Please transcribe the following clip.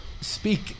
speak